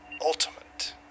ultimate